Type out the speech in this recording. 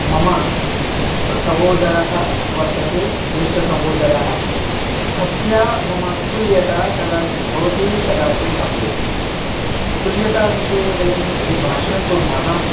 मम सहोदरः वर्तते ज्येष्ठसहोदरः तस्य मम अतुल्यता कदाचित् भवति कदाचित् न भवति तुल्यताविषये वयं यदि भाषणं कुर्मः